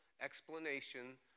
explanation